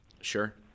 Sure